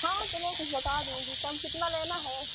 हाँ तो रेट घटा देंगे तब कितना लेना है